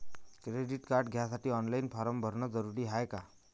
Credit card घ्यासाठी online form भरन जरुरीच हाय का?